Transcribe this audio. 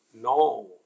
No